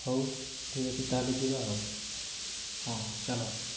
ହେଉ ଠିକ୍ ଅଛି ତା'ହେଲେ ଯିବା ଆଉ ହଁ ଚାଲ